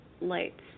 Lights